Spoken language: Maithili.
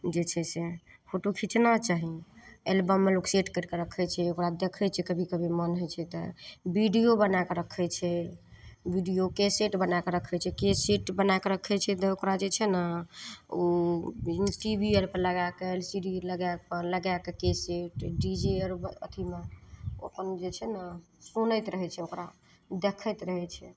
जे छै से फोटो खिचना चाही एलबममे लोक सेट करिके रखै छै ओकरा देखै छै कभी कभी मोन होइ छै तऽ वीडिओ बनैके रखै छै वीडिओ कैसेट बनैके रखै छै कैसेट बनैके रखै छै तऽ ओकरा जे छै ने ओ यूज टी वी आओरपर लगैके सी डी लगैके लगैके कैसेट डी वी आर अथीमे ओ जे छै ने सुनैत रहै छै ओकरा देखैत रहै छै